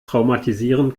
traumatisieren